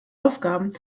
aufgaben